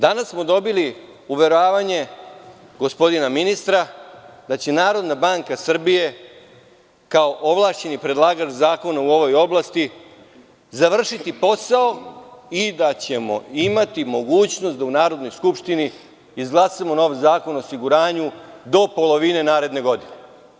Danas smo dobili uveravanje gospodina ministra da će NBS kao ovlašćeni predlagač zakona u ovoj oblasti završiti posao i da ćemo imati mogućnost da u Narodnoj skupštini izglasamo nov zakon o osiguranju do polovine naredne godine.